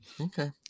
Okay